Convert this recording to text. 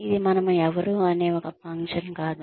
ఇది మనము ఎవరు అనే ఒక ఫంక్షన్ కాదు